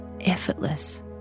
effortless